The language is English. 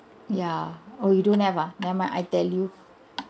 ya oh you don't have ah never mind I tell you